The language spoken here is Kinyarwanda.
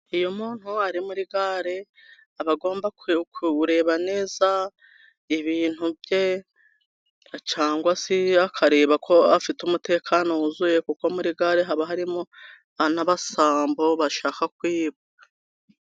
Iyo umuntu ari muri gare, abagomba kureba neza ibintu bye, cyagwa se akareba ko afite umutekano wuzuye, kuko muri gare haba harimo n'abasambo bashaka kwiba.